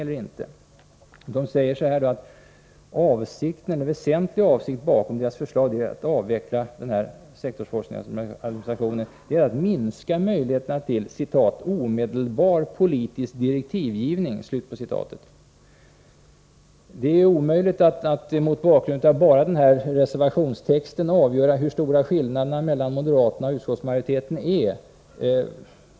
Moderaterna säger att den väsentliga avsikten bakom deras förslag till att avveckla sektorsforskningens administration är att minska möjligheten till ”omedelbar politisk direktivgivning”. Det är omöjligt att mot bakgrund av bara denna reservationstext avgöra hur stora skillnaderna mellan moderaterna och utskottsmajoriteten är.